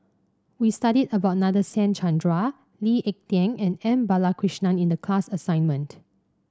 we studied about Nadasen Chandra Lee Ek Tieng and M Balakrishnan in the class assignment